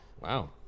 Wow